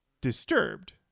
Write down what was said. disturbed